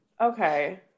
okay